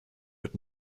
red